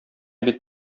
бит